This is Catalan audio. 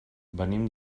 venim